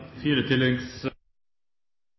fire